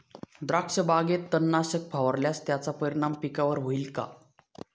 द्राक्षबागेत तणनाशक फवारल्यास त्याचा परिणाम पिकावर होईल का?